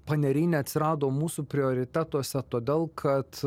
paneriai neatsirado mūsų prioritetuose todėl kad